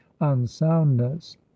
unsoundness